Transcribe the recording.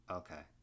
okay